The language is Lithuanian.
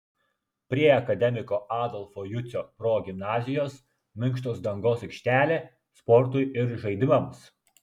prie akademiko adolfo jucio progimnazijos minkštos dangos aikštelė sportui ir žaidimams